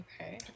Okay